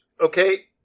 okay